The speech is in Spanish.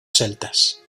celtas